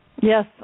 Yes